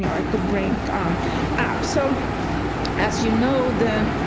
i could bring um ah so as you know the